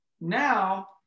Now